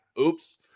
Oops